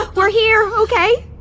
we're here, okay?